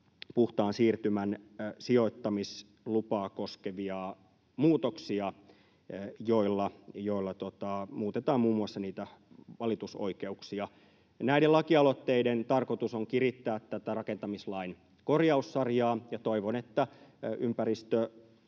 puhtaan siirtymän sijoittamislupaa koskevia muutoksia, joilla muutetaan muun muassa niitä valitusoikeuksia. Näiden lakialoitteiden tarkoitus on kirittää tätä rakentamislain korjaussarjaa, ja toivon, että